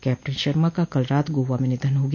captain Sharma का कल रात गोवा में निधन हो गया